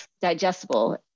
digestible